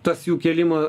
tas jų kėlimo